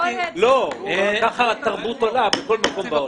לא, ככה התרבות עולה בכל העולם.